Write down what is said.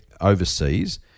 overseas